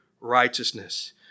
righteousness